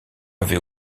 avait